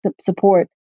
support